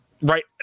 right